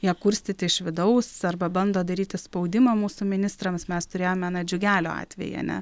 ją kurstyti iš vidaus arba bando daryti spaudimą mūsų ministrams mes turėjome na džiugelio atvejį a ne